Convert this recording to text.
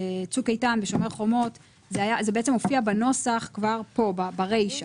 בצוק איתן ובשומר החומות זה הופיע בנוסח כבר ברישא,